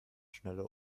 schnelle